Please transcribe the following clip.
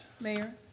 Mayor